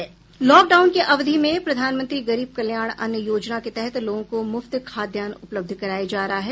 lockdown की अवधि में प्रधानमंत्री गरीब कल्याण अन्न योजना के तहत लोगों को मुफ्त खाद्यान्न उपलब्ध कराया जा रहा है